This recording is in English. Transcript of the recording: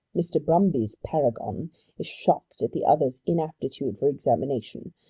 mr. brumby's paragon is shocked at the other's inaptitude for examination,